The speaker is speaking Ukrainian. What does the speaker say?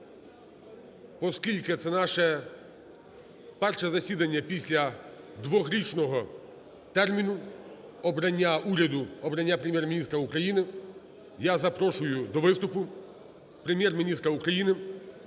оскільки це наше перше засідання після дворічного терміну обрання уряду, обрання Прем'єр-міністра України, я запрошую до виступу Прем'єр-міністра України